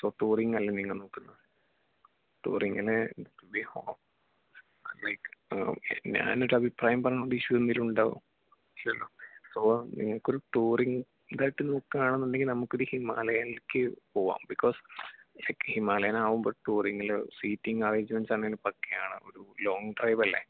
so touring അല്ലേ നിങ്ങ നോക്കുന്നത് ടൂറിംഗിന് ലൈക് ഞാനൊരു അഭിപ്രായം പറയുന്നോണ്ട് ഇഷ്യൂ എന്തേലും ഉണ്ടാവുവോ ഇല്ലല്ലോ സോ നിങ്ങക്കൊരു ടൂറിംഗ് ഇതായിട്ട് നോക്കുവാണെന്നുണ്ടെങ്കി നമുക്കൊരു ഹിമാലയനിലേക്ക് പോകാം ബികോസ് ലൈക് ഹിമാലയനാകുമ്പോ ടൂറിംഗിൽ സീറ്റിംഗ് അറേഞ്ച്മെൻറ്റ്സ് ആണെങ്കി പക്കയാണ് ഒരു ലോങ്ങ് ഡ്രൈവല്ലേ